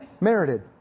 merited